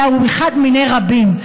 אלא הוא אחד מיני רבים,